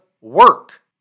work